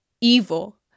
evil